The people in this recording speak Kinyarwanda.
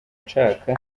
nshaka